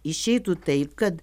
išeitų taip kad